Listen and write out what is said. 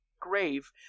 grave